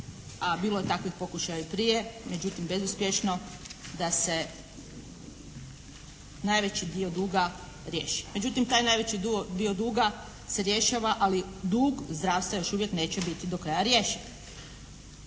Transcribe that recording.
a bilo je takvih pokušaja i prije, međutim bezuspješno da se najveći dio duga riješi. Međutim taj najveći dio duga se rješava, ali dug zdravstva još uvijek neće biti do kraja rješen.